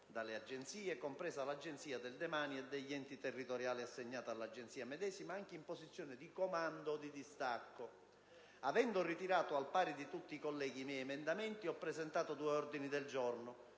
dalle agenzie (compresa l'Agenzia del demanio) e dagli enti territoriali, assegnati all'Agenzia medesima anche in posizione di comando o di distacco. Avendo ritirato, al pari di tutti i colleghi, i miei emendamenti, ho presentato due ordini del giorno: